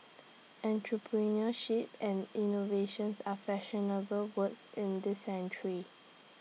entrepreneurship and innovations are fashionable words in this century